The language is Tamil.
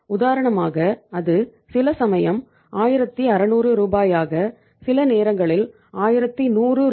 உதாரணமாக அது சிலசமயம் 1600 ரூ ஆக சில நேரங்களில் 1100 ரூ